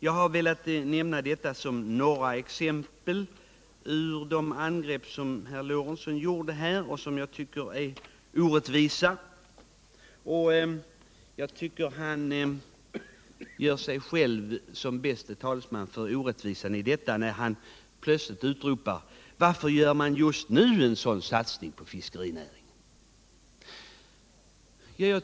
Jag har velat nämna detta som några exempel på de angrepp som herr Lorentzon gjorde och som jag anser är orättvisa. Jag tycker att han gör sig själv tilltalesman för orättvisan när han plötsligt utropar: Varför gör man just nu en sådan här satsning på fiskerinäringen?